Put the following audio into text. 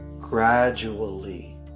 gradually